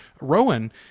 Rowan